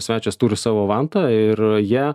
svečias turi savo vantą ir ja